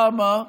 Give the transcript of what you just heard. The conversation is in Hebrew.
למה?